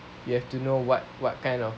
you have to know what what kind of